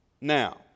Now